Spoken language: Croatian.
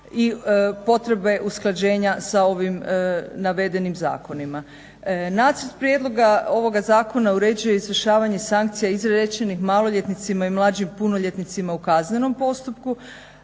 i potrebe usklađenja sa ovim navedenim zakonima. Nacrt prijedloga ovoga zakona uređuje izvršavanje sankcija izrečenih maloljetnicima i mlađim punoljetnicima u kaznenom postupku,